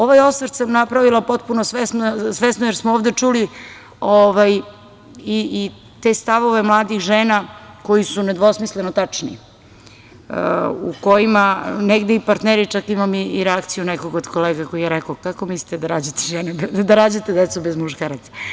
Ovaj osvrt sam napravila potpuno svesno jer smo ovde čuli i te stavove mladih žena koji su nedvosmisleno tačni, u kojima negde i partneri, čak imam i neku reakciju od kolega koji je rekao – kako mislite da rađate decu bez muškaraca.